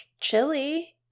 chili